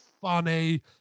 funny